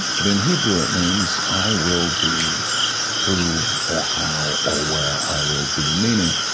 but in hebrew, it means i will be who or how or where i will be, meaning,